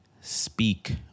speak